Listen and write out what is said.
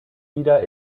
wieder